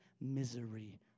misery